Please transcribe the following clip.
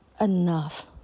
enough